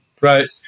Right